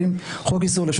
חוק איסור הפליה במוצרים,